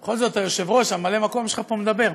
בכל זאת, היושב-ראש, ממלא מקום שלך פה מדבר.